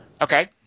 Okay